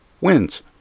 wins